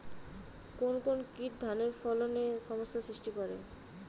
কোন কোন কীট ধানের ফলনে সমস্যা সৃষ্টি করে?